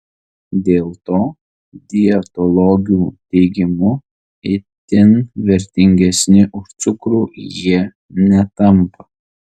dėl to dietologių teigimu itin vertingesni už cukrų jie netampa